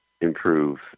improve